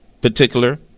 particular